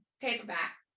paperback